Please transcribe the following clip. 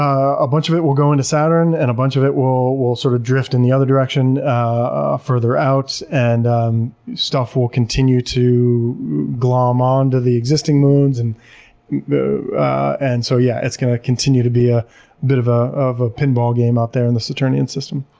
a a bunch of it will go into saturn, and a bunch of it will will sort of drift in the other direction further out, and um stuff will continue to glom onto the existing moons. and and so yeah, it's going to continue to be a bit of a of a pinball game out there in the saturnian system.